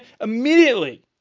immediately